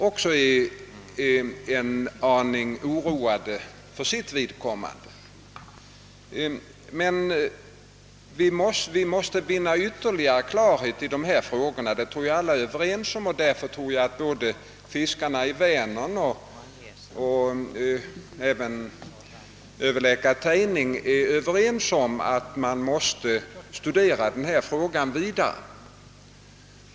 Men vi måste vinna ytterligare klarhet i dessa frågor. Det tror jag alla är överens om. Jag tror att både fiskarna vid Vänern och överläkare Tejning är ense om att man måste studera denna fråga ytterligare.